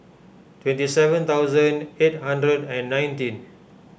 twenty seven thousand eight hundred and nineteen